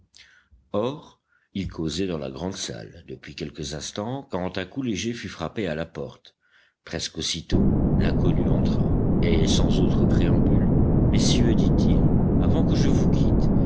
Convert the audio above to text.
or ils causaient dans la grande salle depuis quelques instants quand un coup léger fut frappé à la porte presque aussitôt l'inconnu entra et sans autre préambule messieurs dit-il avant que je vous quitte